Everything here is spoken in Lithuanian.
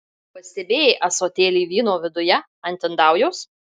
pastebėjai ąsotėlį vyno viduje ant indaujos